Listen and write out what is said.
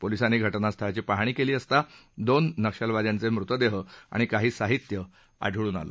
पोलिसांनी घटनास्थळी पाहणी केली असता दोन नक्षल्यांचे मृतदेह आणि काही साहित्य आढळून आलं